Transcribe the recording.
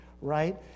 right